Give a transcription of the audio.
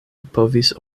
povis